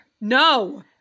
no